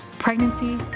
Pregnancy